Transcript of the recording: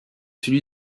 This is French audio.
celui